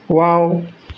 wow